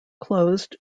closed